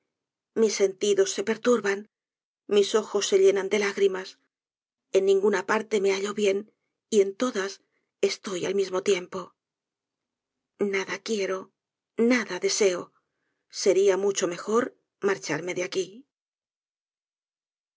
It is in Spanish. mis sentidos se perturban mis ojos se llenan de lágrimas en ninguna parte me hallo bien y en todas estoy al mismo tiempo nada quiero nada deseo seria mucho mejor marcharme de aquí